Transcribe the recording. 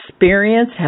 experience